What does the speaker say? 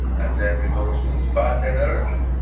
and then we go to fasteners.